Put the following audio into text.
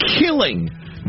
killing